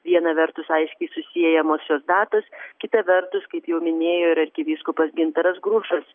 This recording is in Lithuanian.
viena vertus aiškiai siejamosios šios datos kita vertus kaip jau minėjo ir arkivyskupas gintaras grušas